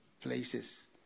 places